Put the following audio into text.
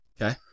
Okay